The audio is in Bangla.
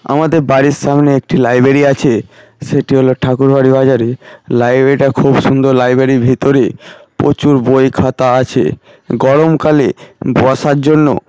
আমাদের বাড়ির সামনে একটি লাইব্রেরী আছে সেটি হল ঠাকুরবাড়ি বাজারে লাইব্রেরীটা খুব সুন্দর লাইব্রেরীর ভেতরে প্রচুর বই খাতা আছে গরমকালে বসার জন্য